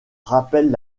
rappellent